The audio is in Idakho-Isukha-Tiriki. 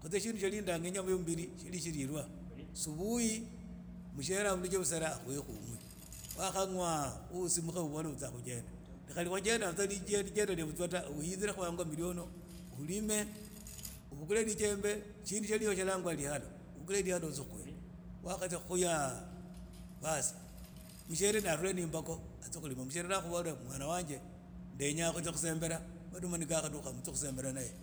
Khutsi tsindu tsene hisi nakhoyanga mmbiri tsilililwa subuhi mushiere aburge bushiera akhuhekhu umwe wacha mwaa uusimukhe ubola utsia khujenda na khali wajenda butsa lijenda lya butsa ta uyinzire khu hango ulime ubukhule lijembe shindu itsio nit sio tsa langwa liyalo utsie khuya wakhatsia khuya baas mushiere ni arhule na imbakho atsia khulima haa mushiere akhubola mwana wange ndenya khutsia khusembela maduma ni khakha dukkha mutsie khusembera naye